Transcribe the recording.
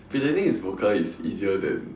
pretending it's vodka is easier than